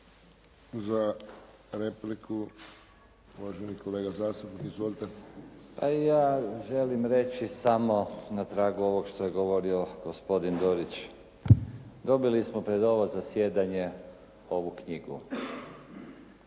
Za repliku uvaženi kolega zastupnik. Izvolite. **Hanžek, Ivan (SDP)** Pa ja želim reći samo na tragu ovog što je govorio gospodin Dorić. Dobili smo pred ovo zasjedanje ovu knjigu,